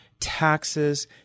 taxes